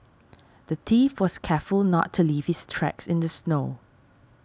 the thief was careful not to leave his tracks in the snow